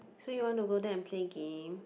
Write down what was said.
so you want to go there and play game